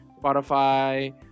Spotify